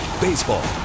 Baseball